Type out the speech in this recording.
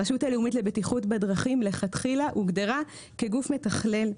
הרשות הלאומית לבטיחות בדרכים לכתחילה הוגדרה כגוף מתכלל.